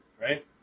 right